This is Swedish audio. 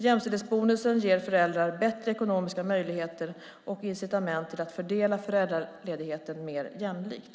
Jämställdhetsbonusen ger föräldrar bättre ekonomiska möjligheter och incitament till att fördela föräldraledigheten mer jämlikt.